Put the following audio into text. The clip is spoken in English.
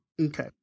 Okay